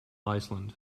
iceland